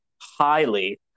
highly